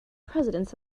presidents